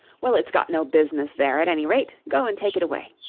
well, it's got no business there, at any rate go and take it away